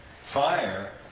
fire